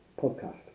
podcast